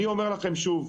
אני אומר לכם שוב,